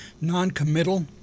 non-committal